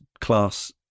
class